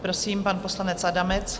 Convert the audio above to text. Prosím, pan poslanec Adamec.